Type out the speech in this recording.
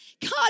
God